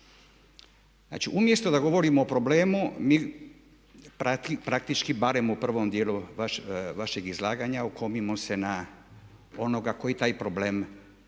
Znači, umjesto da govorimo o problemu, mi praktički barem u prvom djelu vašeg izlaganja okomimo se na onoga koji taj problem detektira